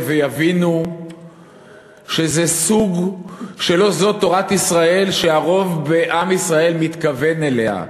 ויבינו שלא זאת תורת ישראל שהרוב בעם ישראל מתכוון אליה.